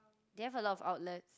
do you have a lot of outlets